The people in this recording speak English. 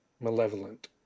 malevolent